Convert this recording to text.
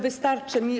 Wystarczy mi.